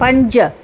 पंज